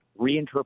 reinterpret